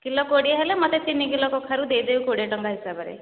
kilo କୋଡ଼ିଏ ହେଲେ ମତେ ତିନି କିଲୋ କଖାରୁ ଦେଇଦେବେ କୋଡ଼ିଏ ଟଙ୍କା ହିସାବରେ